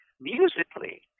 musically